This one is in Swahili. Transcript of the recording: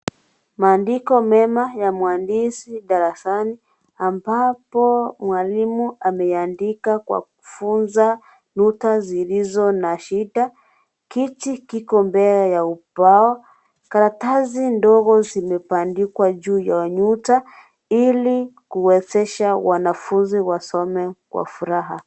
Maandiko mema ya maandishi darasani ambapo mwalimu ameandika kwa kufunza lugha zilizo na shida kiti kiko mbele ya ubao, karatasi ndogo zimepandikwa juu ya ukuta ili kuwezesha wanafunzi wasome Kwa furaha.